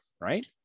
right